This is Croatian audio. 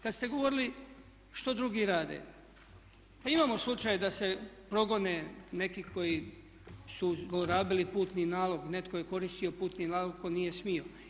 Kada ste govorili što drugi rade, pa imamo slučaj da se progone neki koji su zlorabili putni nalog, netko je koristio putni nalog tko nije smio.